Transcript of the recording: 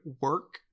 work